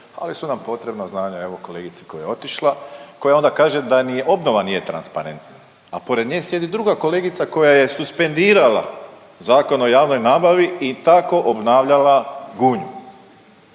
ali su nam potrebna znanja, evo, kolegice koja je otišla, koja onda kaže da ni obnova nije transparentna. A pored nje sjedi druga kolegica koja je suspendirala Zakon o javnoj nabavi i tako obnavljala Gunju